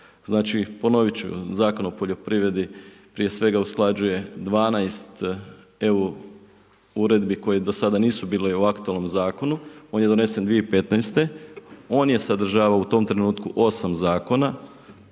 Znači ponoviti ću Zakona o poljoprivredi, prije svega usklađuje 12 EU uredbi koji do sada nisu bili u aktualnom zakonu, on je donesen 2015. on je sadržavao u tom trenutku 8 zakona.